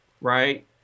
Right